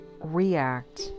react